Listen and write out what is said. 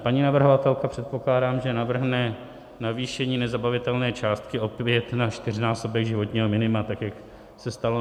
Paní navrhovatelka, předpokládám, že navrhne navýšení nezabavitelné částky opět na čtyřnásobek životního minima, tak jak se stalo na jaře.